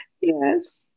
Yes